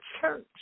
church